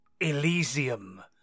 Elysium